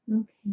Okay